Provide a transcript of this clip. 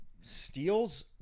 steals